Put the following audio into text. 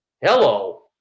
Hello